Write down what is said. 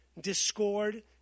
discord